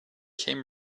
came